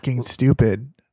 stupid